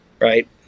right